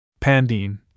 Pandine